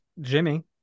jimmy